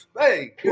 Hey